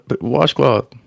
washcloth